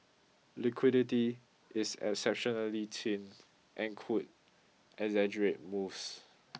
liquidity is exceptionally thin and could exaggerate moves